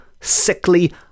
sickly